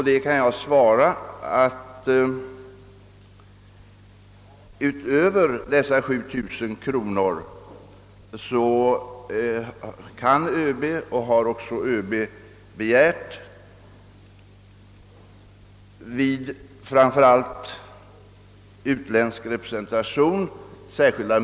Där kan jag svara att utöver de pengarna kan ÖB begära — och har också begärt — att medel ur anslagsposten Extra utgifter skall utgå vid framför allt utländsk representation.